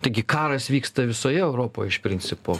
taigi karas vyksta visoje europoje iš principo